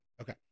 Okay